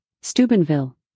Steubenville